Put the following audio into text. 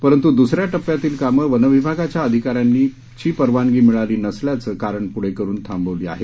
परंतु दुसऱ्या टप्प्यातील कामे वनविभागाच्या अधिकाऱ्यांनी परवानगी मिळाली नसल्याचे कारण पुढे करून थांबवलेली आहेत